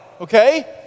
okay